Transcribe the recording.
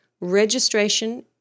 Registration